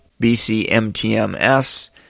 BCMTMS